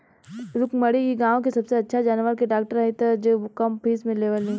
रुक्मिणी इ गाँव के सबसे अच्छा जानवर के डॉक्टर हई जे बहुत कम फीस लेवेली